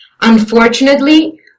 unfortunately